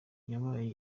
byabaye